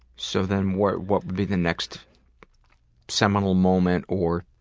so then what what would be the next seminal moment or